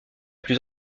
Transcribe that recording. plus